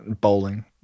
bowling